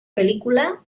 pel·lícula